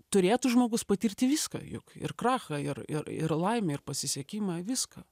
turėtų žmogus patirti viską juk ir krachą ir ir ir laimę ir pasisekimą viską